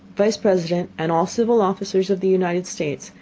vice president and all civil officers of the united states,